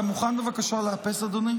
זה כתוב בפרוטוקול.